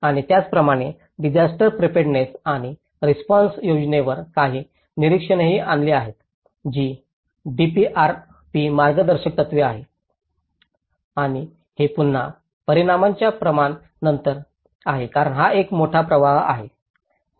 आणि त्याचप्रमाणे disaster preparedness आणि रिस्पॉन्स योजनेवर काही निरीक्षणेही आली आहेत जी डीपीआरपी मार्गदर्शक तत्त्वे आहेत आणि हे पुन्हा परिणामांच्या प्रमाणा नंतर आहे कारण हा एक मोठा प्रभाव आहे